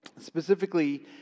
Specifically